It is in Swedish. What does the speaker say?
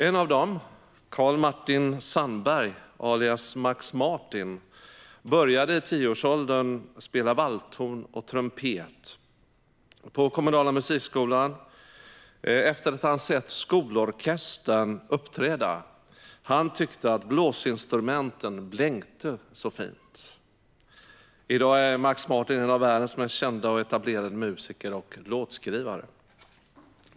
En av dem, Karl Martin Sandberg, alias Max Martin, började i tioårsåldern spela valthorn och trumpet på den kommunala musikskolan efter att ha sett skolorkestern uppträda. Han tyckte att blåsinstrumenten blänkte så fint. I dag är Max Martin en av världens mest kända och etablerade musiker och låtskrivare.